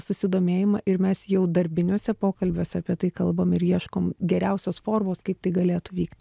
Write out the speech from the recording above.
susidomėjimą ir mes jau darbiniuose pokalbiuose apie tai kalbam ir ieškom geriausios formos kaip tai galėtų vykti